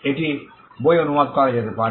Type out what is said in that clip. এটি বইটি অনুবাদ করা যেতে পারে